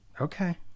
Okay